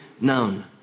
known